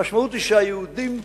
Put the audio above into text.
המשמעות היא שהיהודים חוששים.